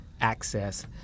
access